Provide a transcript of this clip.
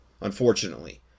unfortunately